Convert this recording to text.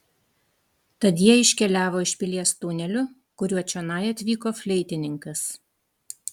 tad jie iškeliavo iš pilies tuneliu kuriuo čionai atvyko fleitininkas